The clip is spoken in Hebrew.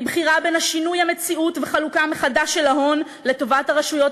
היא בחירה בין שינוי המציאות וחלוקה מחדש של ההון לטובת הרשויות